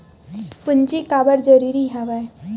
पूंजी काबर जरूरी हवय?